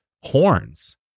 Horns